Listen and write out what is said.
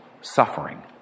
suffering